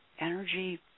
energy